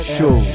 Show